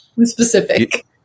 specific